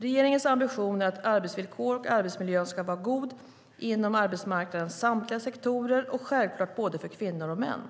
Regeringens ambition är att arbetsvillkoren och arbetsmiljön ska vara god inom arbetsmarknadens samtliga sektorer och självklart både för kvinnor och för män.